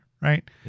Right